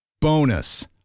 Bonus